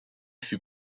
fut